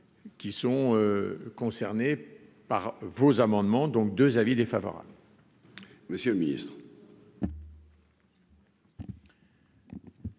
qui sont concernées par vos amendements donc 2 avis défavorable. Monsieur le Ministre.